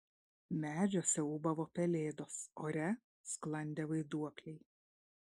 medžiuose ūbavo pelėdos ore sklandė vaiduokliai